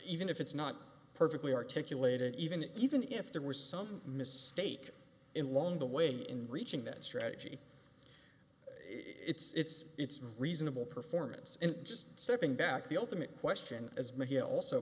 even if it's not perfectly articulated even even if there were some mistake in long the way in reaching that strategy it's it's reasonable performance and just setting back the ultimate question as mickey also